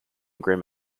grim